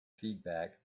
feedback